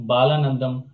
Balanandam